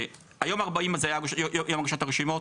שהיום ה-40 הזה היה יום הגשת הרשימות.